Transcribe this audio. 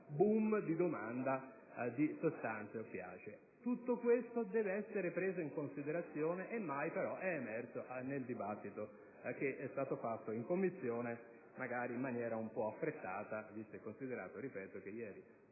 *boom* di domanda di sostanze oppiacee. Tutto questo dev'essere preso in considerazione e mai però è emerso nel dibattito che è stato fatto in Commissione in maniera un po' affrettata, visto e considerato che ieri